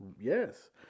Yes